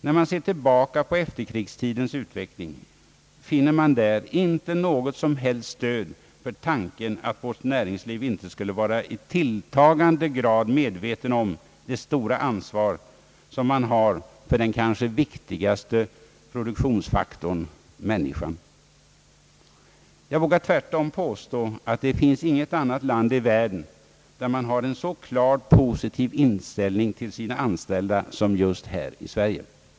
När man ser tillbaka på efterkrigstidens utveckling, finner man där inget som helst stöd för tanken att vårt näringsliv inte skulle vara i tilltagande grad medvetet om sitt stora ansvar för den kanske viktigaste produktionsfaktorn, människan. Jag vågar tvärtom påstå att det inte finns något annat land i världen som har en så klart positiv inställning till de anställda som man har i Sverige.